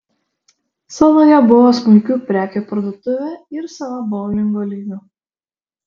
saloje buvo smulkių prekių parduotuvė ir sava boulingo lyga